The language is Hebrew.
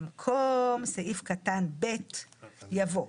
במקום ארבעה חודשים יבוא: